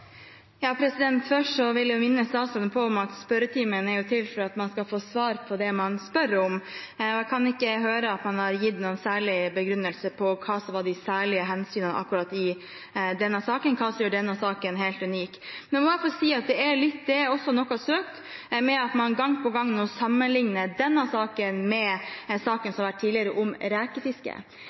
Først vil jeg minne statsråden om at spørretimen er til for at man skal få svar på det man spør om. Jeg kan ikke høre at han har gitt noen særlig begrunnelse for hva som var de særlige hensynene akkurat i denne saken, hva som gjør denne saken helt unik. Nå må jeg få si at det er litt søkt at man gang på gang sammenligner denne saken med den saken som har vært tidligere, om